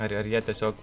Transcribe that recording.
ar ar jie tiesiog